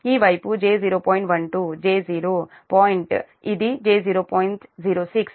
12 j0 point ఇది j0